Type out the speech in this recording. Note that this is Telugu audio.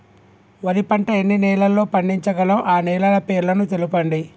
వరి పంట ఎన్ని నెలల్లో పండించగలం ఆ నెలల పేర్లను తెలుపండి?